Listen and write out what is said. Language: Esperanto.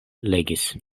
legis